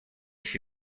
ich